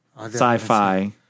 Sci-fi